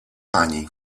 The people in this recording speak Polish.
pani